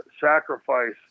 sacrifice